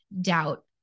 doubt